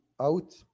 out